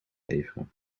leveren